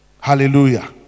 hallelujah